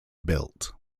rebuilt